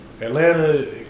Atlanta